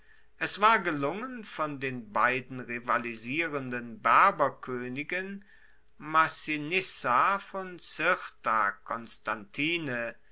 es war gelungen von den beiden rivalisierenden berberkoenigen massinissa von cirta